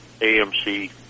AMC